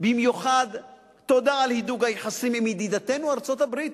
במיוחד תודה על הידוק היחסים עם ידיתנו ארצות-הברית.